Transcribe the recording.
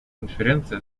конференции